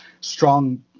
strong